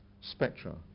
spectra